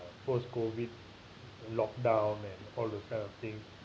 post COVID lock down and all those kind of thing